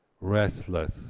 restless